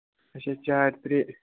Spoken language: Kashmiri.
اَچھا چار ترٛےٚ